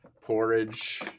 porridge